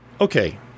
Okay